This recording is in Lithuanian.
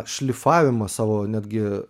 šlifavimą savo netgi